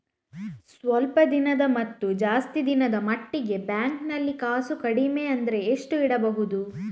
ಸ್ವಲ್ಪ ದಿನದ ಮತ್ತು ಜಾಸ್ತಿ ದಿನದ ಮಟ್ಟಿಗೆ ಬ್ಯಾಂಕ್ ನಲ್ಲಿ ಕಾಸು ಕಡಿಮೆ ಅಂದ್ರೆ ಎಷ್ಟು ಇಡಬೇಕು?